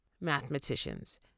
mathematicians